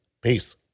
Peace